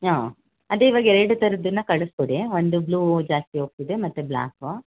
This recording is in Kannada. ಹಾಂ ಅದೇ ಇವಾಗ ಎರಡು ಥರದ್ದನ್ನು ಕಳಿಸ್ಕೊಡಿ ಒಂದು ಬ್ಲೂ ಜಾಸ್ತಿ ಹೋಗ್ತಿದೆ ಮತ್ತು ಬ್ಲ್ಯಾಕು